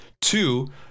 two